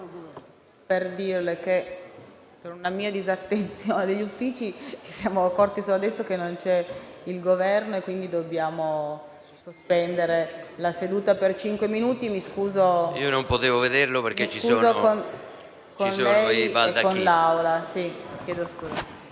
per dirle che, per una disattenzione mia e degli Uffici, ci siamo accorti solo adesso che non c'è il Governo e quindi dobbiamo sospendere la seduta. Mi scuso con lei e con